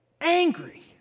Angry